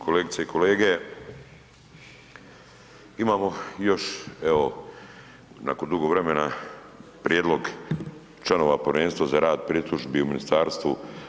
Kolegice i kolege, imamo još, evo, nakon dugo vremena, prijedlog članova Povjerenstva za rad pritužbi u MUP-u.